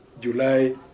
July